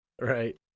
Right